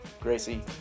Gracie